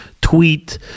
tweet